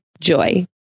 Joy